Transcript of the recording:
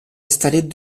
installés